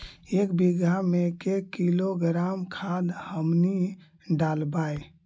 एक बीघा मे के किलोग्राम खाद हमनि डालबाय?